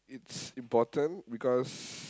it's important because